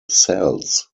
cells